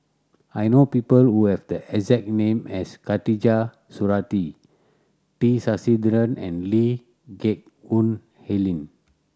I know people who have the exact name as Khatijah Surattee T Sasitharan and Lee Geck Hoon Ellen